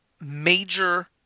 major